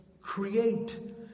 Create